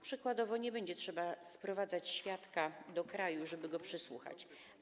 Przykładowo nie będzie trzeba sprowadzać świadka do kraju, żeby go przesłuchać.